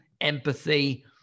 empathy